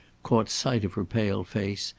caught sight of her pale face,